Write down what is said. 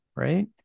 right